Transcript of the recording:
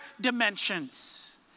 dimensions